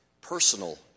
personal